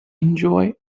enjoy